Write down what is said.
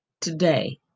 Today